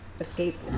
escape